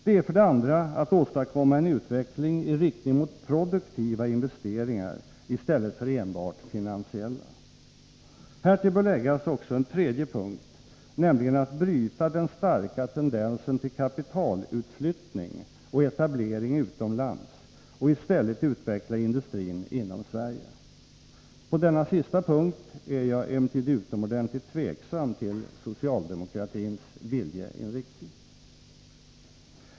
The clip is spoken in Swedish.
Det är för det andra att åstadkomma en utveckling i riktning mot produktiva investeringar i stället för enbart finansiella. Härtill bör läggas också en tredje punkt, nämligen att bryta den starka tendensen till kapitalutflyttning och etablering utomlands och i stället utveckla industrin inom Sverige. På denna sista punkt är jag emellertid utomordentligt tveksam till socialdemokratins viljeinriktning.